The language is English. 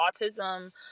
autism